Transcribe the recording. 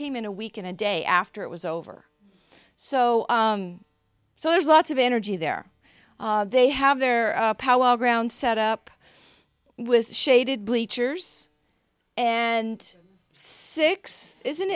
came in a week and a day after it was over so so there's lots of energy there they have their powell ground set up with shaded bleachers and six isn't